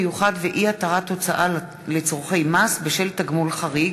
מיוחד ואי-התרת הוצאה לצורכי מס בשל תגמול חריג),